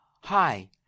Hi